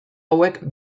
hauek